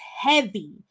heavy